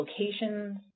locations